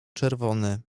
czerwony